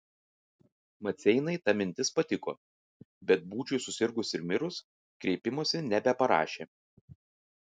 maceinai ta mintis patiko bet būčiui susirgus ir mirus kreipimosi nebeparašė